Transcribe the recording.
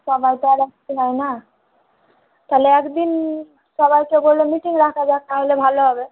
সবাই তো আর এক হয় না তাহলে এক দিন সবাইকে বলে মিটিং রাখা যাক তাহলে ভালো হবে